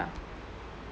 ya